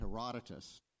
Herodotus